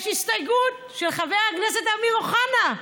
יש הסתייגות של חבר הכנסת אמיר אוחנה.